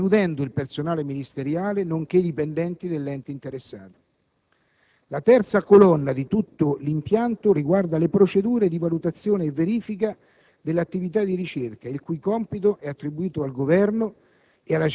escludendo il personale ministeriale nonché i dipendenti dell'ente interessato. La terza colonna di tutto l'impianto riguarda le procedure di valutazione e verifica dell'attività di ricerca il cui compito è attribuito al Governo